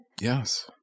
Yes